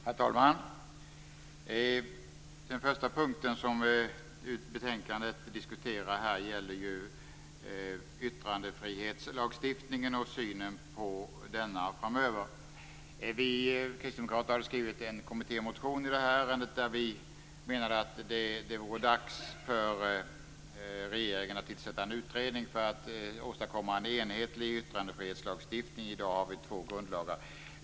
Herr talman! Den första punkt som diskuteras i betänkandet gäller yttrandefrihetslagstiftningen och synen på denna framöver. Vi kristdemokrater har skrivit en kommittémotion i ärendet där vi menar att det vore dags för regeringen att tillsätta en utredning för att åstadkomma en enhetlig yttrandefrihetslagstiftning. I dag har vi två grundlagar.